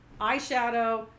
eyeshadow